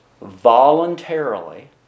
voluntarily